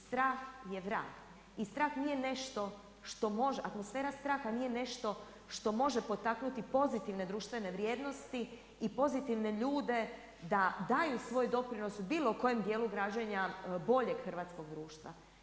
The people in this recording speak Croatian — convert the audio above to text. Strah je vrag i strah nije nešto što može, atmosfera straha nije nešto što može potaknuti pozitivne društvene vrijednosti i pozitivne ljude da daju doprinos bilo kojem dijelu građenja boljeg hrvatskog društva.